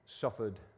suffered